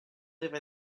live